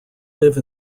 live